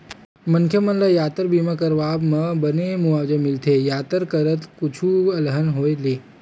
मनखे मन ल यातर बीमा के करवाब म बने मुवाजा मिलथे यातर करत कुछु अलहन होय ले